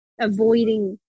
avoiding